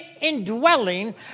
indwelling